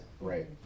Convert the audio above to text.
right